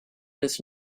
does